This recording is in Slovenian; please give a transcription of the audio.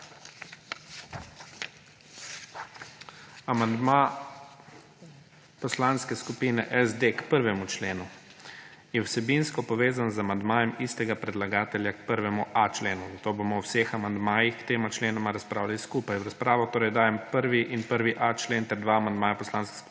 Amandma Poslanske skupine SD k 1. členu je vsebinsko povezan z amandmajem istega predlagatelja k 1.a členu, zato bomo o vseh amandmajih k tema členoma razpravljali skupaj. V razpravo torej dajem 1. in 1.a člen ter dva amandmaja Poslanske skupine SD